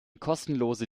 kostenlose